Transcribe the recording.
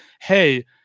Hey